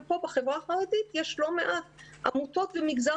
ופה בחברה החרדית יש לא מעט עמותות ומגזר